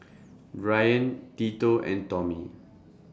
Bryan Tito and Tommie